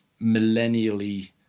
millennially